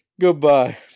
Goodbye